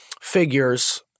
figures